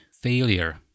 failure